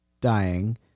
dying